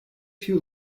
few